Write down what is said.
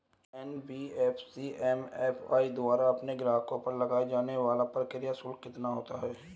NBFC MFI द्वारा अपने ग्राहकों पर लगाए जाने वाला प्रक्रिया शुल्क कितना होता है?